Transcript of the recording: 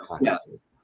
Yes